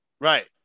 Right